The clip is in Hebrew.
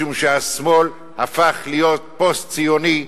משום שהשמאל הפך להיות פוסט-ציוני.